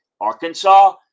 Arkansas